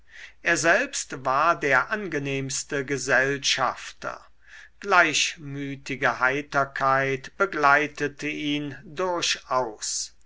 er selbst war der angenehmste gesellschafter gleichmütige heiterkeit begleitete ihn durchaus